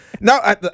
no